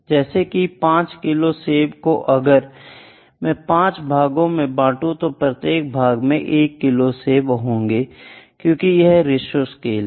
जैसे कि 5 किलो सेब को अगर मैं 5 भागों में बांटो तो प्रत्येक भाग में 1 किलो सेब होंगे क्योंकि यह 1 रेशों स्केल है